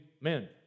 men